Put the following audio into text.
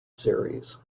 series